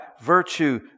virtue